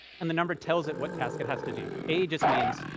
and the number tells it what task it has to do. a just means,